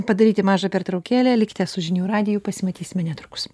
padaryti mažą pertraukėlę likite su žinių radiju pasimatysime netrukus